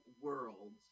worlds